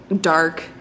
Dark